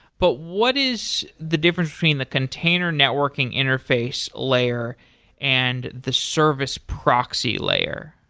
but what is the difference between the container networking interface layer and the service proxy layer,